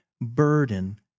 burden